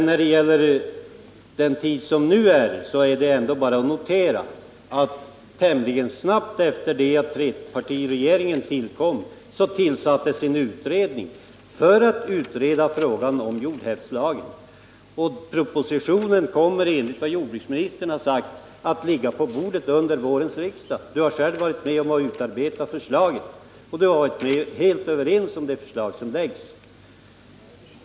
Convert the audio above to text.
När det gäller den tid som nu är, kan man bara notera att det tämligen snabbt efter det att trepartiregeringen tillträdde tillsattes en utredning för att utreda frågan om jordhävdslagen. Propositionen kommer enligt vad jordbruksministern har sagt att ligga på bordet under vårriksdagen. Sven Lindberg har själv varit med om att utarbeta förslaget, och vi var helt överens om detta.